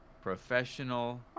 Professional